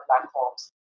platforms